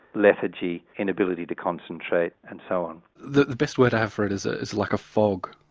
lethargy, inability to concentrate and so on. the best word i have for it is ah is like a fog,